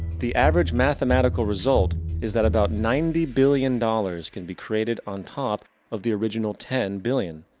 the average mathematical result is that about ninety billion dollars can be created on top of the original ten billion.